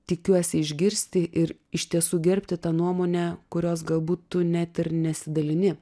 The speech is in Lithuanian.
tikiuosi išgirsti ir iš tiesų gerbti tą nuomonę kurios galbūt tu net ir nesidalini